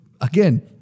again